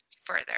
further